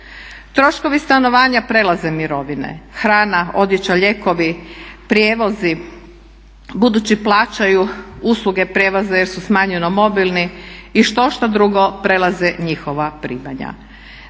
Troškovi stanovanja prelaze mirovine, hrana, odjeća, lijekovi, prijevozi, budući plaćaju usluge prijevoza jer su smanjeno mobilni i štošta drugo prelaze njihova primanja.